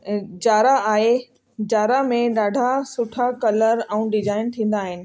Zara आए जारा में ॾाढा सुठा कलर ऐं डिजाइन थींदा आहिनि